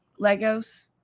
Legos